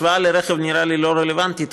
השוואה לרכב נראית לי לא רלוונטית,